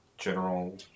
general